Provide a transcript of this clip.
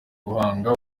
guhanga